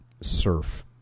surf